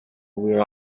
wear